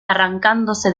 arrancándose